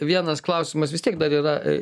vienas klausimas vis tiek dar yra